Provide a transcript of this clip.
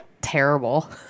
terrible